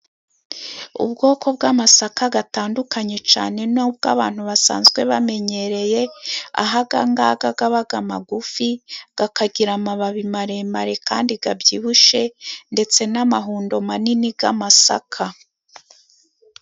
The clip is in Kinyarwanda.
Ubwoko bw'amasaka atandukanye cyane nubwo abantu basanzwe bamenyereye, aho ayangaya aba magufi akagira amababi maremare kandi abyibushe ndetse n'amahundo manini y'amasaka.